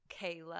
Kayla